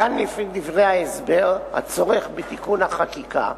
מכאן, לפי דברי ההסבר, הצורך בתיקון החקיקה.